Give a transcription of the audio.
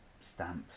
stamps